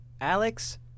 Alex